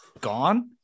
gone